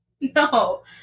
No